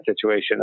situation